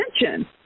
attention